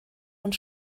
und